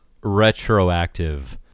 retroactive